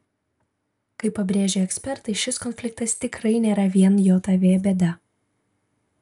kaip pabrėžia ekspertai šis konfliktas tikrai nėra vien jav bėda